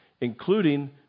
including